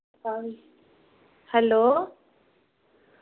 hello